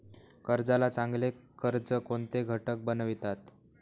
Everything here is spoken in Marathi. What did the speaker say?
कर्जाला चांगले कर्ज कोणते घटक बनवितात?